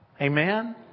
Amen